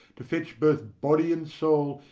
to fetch both body and soul,